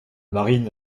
marine